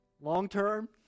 long-term